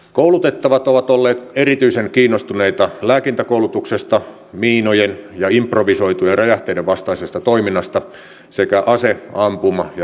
koulutettavat ovat olleet erityisen kiinnostuneita lääkintäkoulutuksesta miinojen ja improvisoitujen räjähteiden vastaisesta toiminnasta sekä ase ampuma ja taistelukoulutuksesta